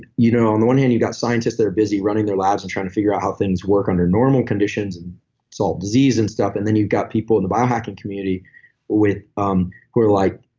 you know, on the one hand you've got scientists that are busy running their labs, and trying to figure out how things work under normal conditions and solve disease and stuff. and then you've got people in the biohacking community um who are like,